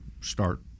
start